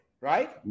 right